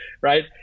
Right